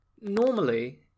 Normally